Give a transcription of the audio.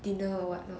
dinner or what not